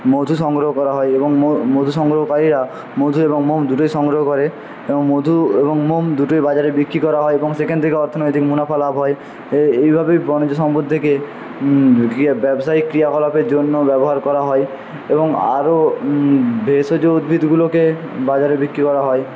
মধু সংগ্রহ করা হয় এবং মধু সংগ্রহকারীরা মধু এবং মোম দুটোই সংগ্রহ করে এবং মধু এবং মোম দুটোই বাজারে বিক্রি করা হয় এবং সেখান থেকে অর্থনৈতিক মুনাফা লাভ হয় এইভাবেই বনজ সম্পদ থেকে ক্রিয়া ব্যবসায়িক ক্রিয়াকলাপের জন্য ব্যবহার করা হয় এবং আরও ভেষজ উদ্ভিদগুলোকে বাজারে বিক্রি করা হয়